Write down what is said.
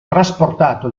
trasportato